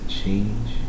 change